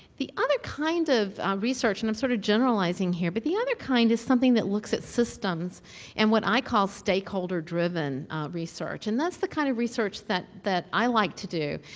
the other kind of research and i'm sort of generalizing here but, the other kind is something that looks at systems and what i call stakeholder-driven research and that's the kind of research that that i like to do.